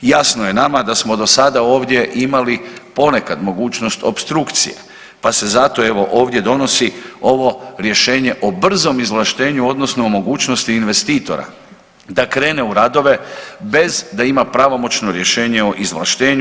Jasno je nama da smo do sada ovdje imali ponekad mogućnost opstrukcije pa se zato evo ovdje donosi ovo rješenje o brzom izvlaštenju odnosno o mogućnosti investitora da krene u radove bez da ima pravomoćno rješenje o izvlaštenju.